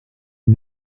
you